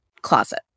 closet